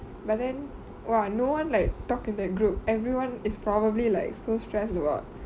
but then !wah! no one like talk in the group everyone is probably like so stressed about